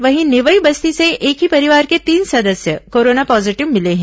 वहीं नेवई बस्ती से एक ही परिवार के तीन सदस्य कोरोना पॉजीटिव मिले हैं